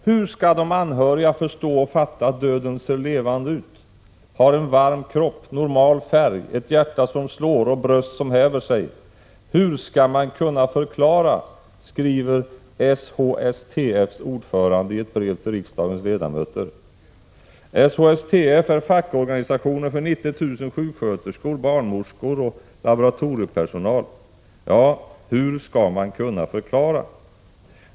Hur skall de anhöriga förstå och fatta att döden ser levande ut, har en varm kropp, normal färg, ett hjärta som slår och bröst som häver sig? Hur skall man kunna förklara, skriver SHSTF:s ordförande i ett brev till riksdagens ledamöter. SHSTF är fackorganisationen för 90 000 sjuksköterskor, barnmorskor och laboratoriepersonal. Ja, hur skall man kunna förklara?